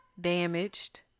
damaged